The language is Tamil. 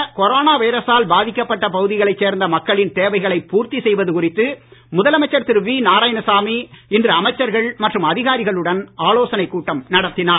கூட்டம் முன்னதாக கொரோனா வைரசால் பாதிக்கப்பட்ட பகுதிகளைச் சேர்ந்த மக்களின் தேவைகளை பூர்த்தி செய்வது குறித்து முதலமைச்சர் திரு வி நாராயணசாமி இன்று அமைச்சர்கள் மற்றும் அதிகாரிகளுடன் ஆலோசனைக் கூட்டம் நடத்தினார்